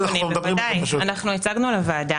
אנחנו הצגנו לוועדה.